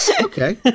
Okay